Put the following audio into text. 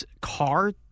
car